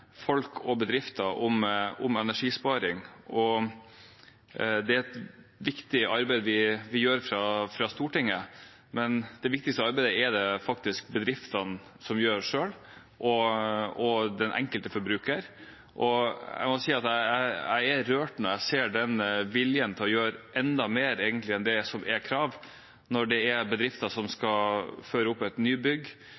folk og bedrifter om energisparing og det viktige arbeidet vi gjør fra Stortinget. Det viktigste arbeidet er det faktisk bedriftene og den enkelte forbruker som gjør selv, og jeg må si at jeg er rørt når jeg ser viljen til å gjøre egentlig enda mer enn det som er kravet. Når det er bedrifter som